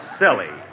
silly